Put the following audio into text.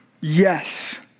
Yes